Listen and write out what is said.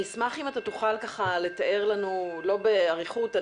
אני אשמח אם תוכל לתאר לנו לא באריכות,